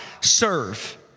serve